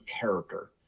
character